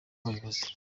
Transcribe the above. bayobozi